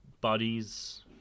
bodies